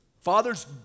Fathers